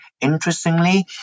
interestingly